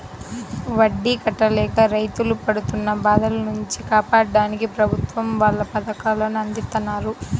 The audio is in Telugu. వడ్డీ కట్టలేక రైతులు పడుతున్న బాధల నుంచి కాపాడ్డానికి ప్రభుత్వం వాళ్ళు పథకాలను అందిత్తన్నారు